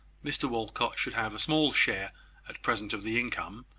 mr walcot should have a small share at present of the income,